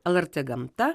lrt gamta